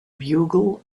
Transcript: bugle